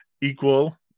equal